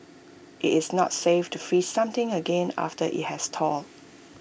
IT is not safe to freeze something again after IT has thawed